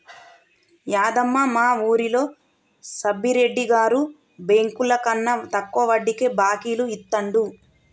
యాదమ్మ, మా వూరిలో సబ్బిరెడ్డి గారు బెంకులకన్నా తక్కువ వడ్డీకే బాకీలు ఇత్తండు